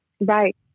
Right